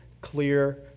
clear